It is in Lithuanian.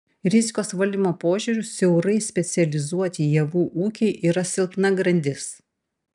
rizikos valdymo požiūriu siaurai specializuoti javų ūkiai yra silpna grandis